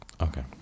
Okay